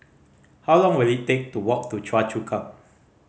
how long will it take to walk to Choa Chu Kang